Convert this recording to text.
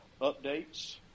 updates